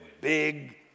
Big